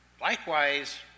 Likewise